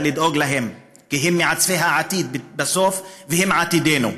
כי הם מעצבי העתיד בסוף והם עתידנו.